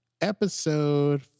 episode